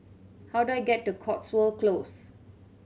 how do I get to Cotswold Close